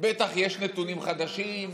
בטח יש נתונים חדשים,